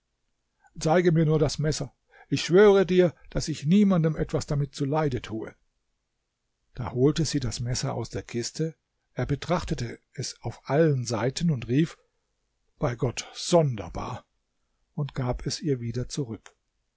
zeige mir nur das messer ich schwöre dir daß ich niemandem etwas damit zuleide tue da holte sie das messer aus der kiste er betrachtete es auf allen seiten und rief bei gott sonderbar und gab es ihr wieder zurück